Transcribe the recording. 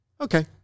okay